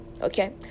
okay